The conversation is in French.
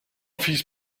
fils